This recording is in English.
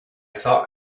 saw